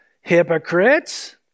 Hypocrites